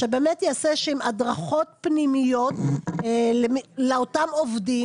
שבאמת יעשה הדרכות פנימיות לאותם עובדים.